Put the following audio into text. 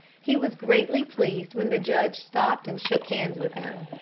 he was greatly pleased when the judge stopped and shook hands with him.